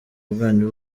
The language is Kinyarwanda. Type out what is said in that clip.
bwanyu